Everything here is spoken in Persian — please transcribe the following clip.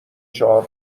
چهار